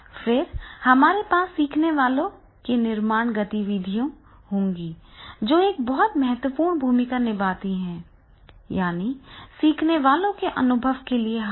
फिर हमारे पास सीखने वालों की निर्माण गतिविधियाँ होंगी जो एक महत्वपूर्ण भूमिका निभाती हैं यानी सीखने वालों के अनुभव के लिए हाथ